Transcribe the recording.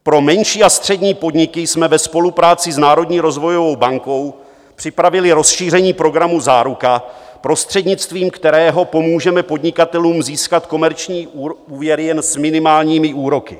Pro menší a střední podniky jsme ve spolupráci s Národní rozvojovou bankou připravili rozšíření programu Záruka, prostřednictvím kterého pomůžeme podnikatelům získat komerční úvěry jen s minimálními úroky.